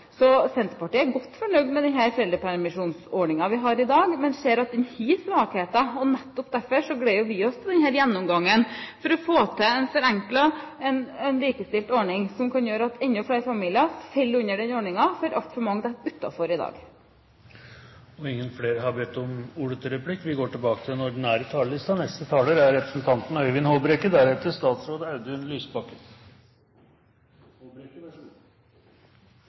Så Senterpartiet er godt fornøyd med den foreldrepermisjonsordningen vi har i dag, men vi ser at den har svakheter. Nettopp derfor gleder også vi oss til denne gjennomgangen for å få til en forenklet, likestilt ordning som kan gjøre at enda flere familier faller inn under denne ordningen, for altfor mange detter utenfor i dag. Replikkordskiftet er omme. Det representantforslaget som vi nå behandler, handler om to spørsmål: hvorvidt en del av foreldrepermisjonen fortsatt skal øremerkes mor og far, og hvilke aktivitetskrav som eventuelt skal stilles til hver av foreldrene under den